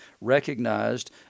recognized